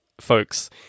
folks